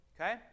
Okay